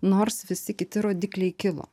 nors visi kiti rodikliai kilo